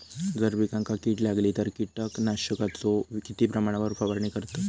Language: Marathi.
जर पिकांका कीड लागली तर कीटकनाशकाचो किती प्रमाणावर फवारणी करतत?